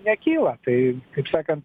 nekyla tai kaip sakant